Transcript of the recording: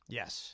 yes